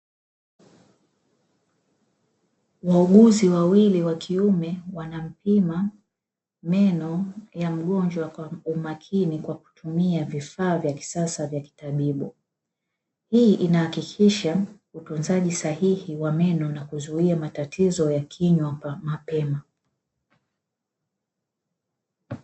Wauguzi wawili wa kiume wanampima meno ya mgonjwa kwa umakini kwa kutumia vifaa vya kisasa vya kitabibu, hii inahakikisha utunzaji sahihi wa meno na kuzuia matatizo ya kinywa mapema.